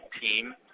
team